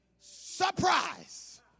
Surprise